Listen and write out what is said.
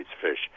fish